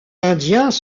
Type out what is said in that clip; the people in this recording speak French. indiens